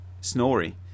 Snorri